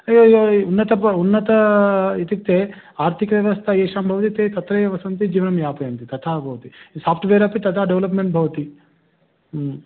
ये ये उन्नताः उन्नताः इत्युक्ते आर्थिकव्यवस्था येषां भवति ते तत्रैव सन्ति जीवनं यापयन्ति तथा भवति साफ़्ट्वेर् अपि तथा डेवलप्मेण्ट् भवति